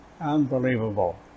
Unbelievable